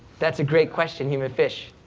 that's a great question, human fish.